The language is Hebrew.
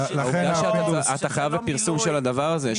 אתה חייב בפרסום של הדבר הזה.